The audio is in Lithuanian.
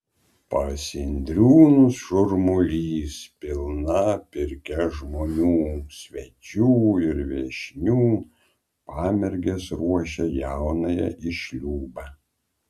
pas indriūnus šurmulys pilna pirkia žmonių svečių ir viešnių pamergės ruošia jaunąją į šliūbą